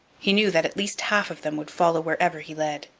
he knew that at least half of them would follow wherever he led.